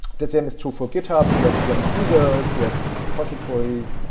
the same is true for github. we have again users, we have repositories,